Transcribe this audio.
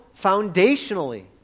foundationally